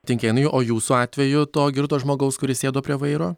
tinkėnai o jūsų atveju to girto žmogaus kuris sėdo prie vairo